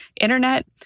Internet